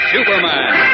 Superman